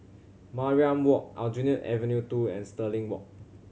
Mariam Walk Aljunied Avenue Two and Stirling Walk